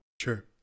Sure